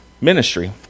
ministry